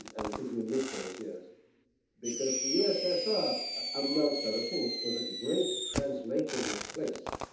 and the people who lived those years because the ussr amongst other things was a great translating place.